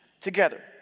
together